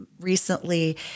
recently